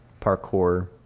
parkour